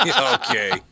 Okay